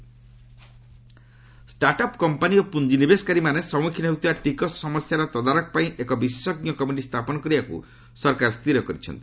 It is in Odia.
CBDT startups startup company ଓ ପୁଞ୍ଜି ନିବେଶକାରୀମାନେ ସମ୍ମଖୀନ ହେଉଥିବା ଟିକସ ସମସ୍ୟାର ତଦାରଖ ପାଇଁ ଏକ ବିଶେଷଜ୍ଞ କମିଟି ସ୍ଥାପନ କରିବାକୁ ସରକାର ସ୍ଥିର କରିଛନ୍ତି